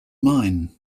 mine